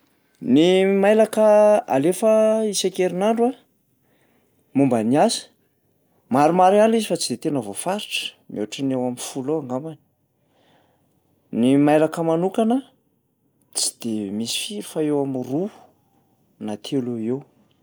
Ny mailaka alefa isan-kerinandro a momba ny asa, maromaro ihany le izy fa tsy de tena voafaritra, mihoatra ny eo am'folo eo angambany. Ny mailaka manokana tsy de misy firy fa eo am'roa na telo eoeo.